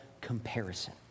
comparison